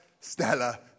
Stella